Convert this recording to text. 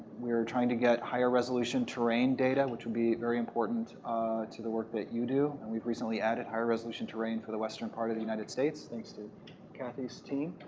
we are trying to get higher resolution terrain data, which would be very important to the work that you do. and we've recently added high resolution terrain for the western part of the united states, thanks to kathy's team.